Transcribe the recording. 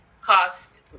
cost